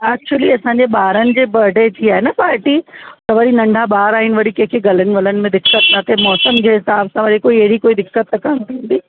actually असांजे ॿारनि जे बर्थडे जी आहे न पार्टी त वरी नंढा ॿार आहिनि वरी कंहिंखे गलनि वलनि में दिक़त न थिए मौसम जे हिसाब सां वरी कोई अहिड़ी कोई दिक़त त कान थींदी